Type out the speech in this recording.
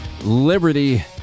Liberty